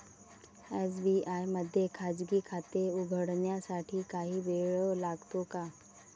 SBI मध्ये खाजगी खाते उघडण्यासाठी काही वेळ लागतो का?